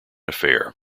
affair